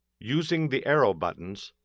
using the arrow buttons,